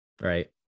right